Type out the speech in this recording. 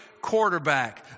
quarterback